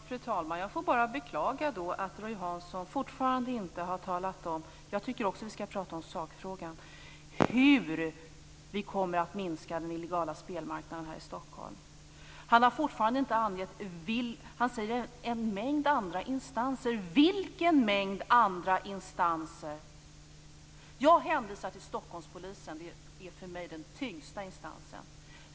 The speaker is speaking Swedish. Fru talman! Jag kan bara beklaga, för jag tycker också att vi skall prata om sakfrågan, att Roy Hansson fortfarande inte har talat om hur det här kommer att minska den illegala spelmarknaden här i Stockholm. Han talar om en mängd andra instanser. Vilka andra instanser? Jag hänvisar till Stockholmspolisen. Det är för mig den tyngsta instansen.